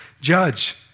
judge